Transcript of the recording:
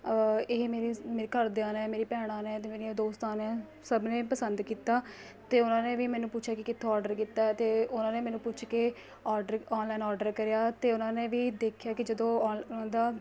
ਇਹ ਮੇਰੇ ਮੇਰੇ ਘਰਦਿਆਂ ਨੇ ਮੇਰੀ ਭੈਣਾਂ ਨੇ ਅਤੇ ਮੇਰੀਆਂ ਦੋਸਤਾਂ ਨੇ ਸਭ ਨੇ ਪਸੰਦ ਕੀਤਾ ਅਤੇ ਉਹਨਾਂ ਨੇ ਵੀ ਮੈਨੂੰ ਪੁੱਛਿਆ ਕਿ ਕਿੱਥੋਂ ਔਡਰ ਕੀਤਾ ਅਤੇ ਉਹਨਾਂ ਨੇ ਮੈਨੂੰ ਪੁੱਛ ਕੇ ਔਡਰ ਔਨਲਾਈਨ ਔਡਰ ਕਰਿਆ ਅਤੇ ਉਹਨਾਂ ਨੇ ਵੀ ਦੇਖਿਆ ਕਿ ਜਦੋਂ ਉਹਦਾ